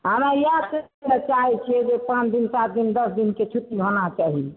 हमरा इएह चाहै छियै जे पाँच दिन सात दिन दश दिनके छुट्टी होना चाही